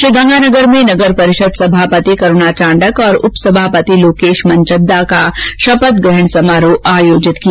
श्रीगंगानगर में नगर परिषद सभापति करूणा चांडक और उपसभापति लोकेश मनचंदा का शपथग्रहण समारोह आयोजित किया गया